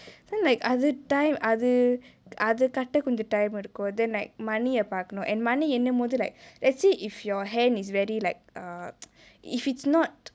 then like other time அது அது கட்ட கொஞ்சோ:athu athu katta konjo time எடுக்கொ:eduko then like money ய பாக்கனொ:ye paakano money எண்ணும்போது:yennumpothu like let's say if your hand is very like err if it's not